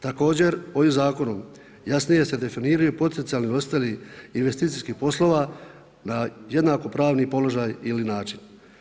Također ovim zakonom jasnije se definiraju potencijalni ostali investicijskih poslova na jednakopravni položaj ili način.